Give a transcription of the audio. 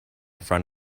front